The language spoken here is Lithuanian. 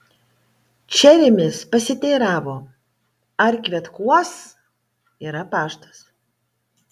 čeremis pasiteiravo ar kvetkuos yra paštas